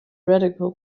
radical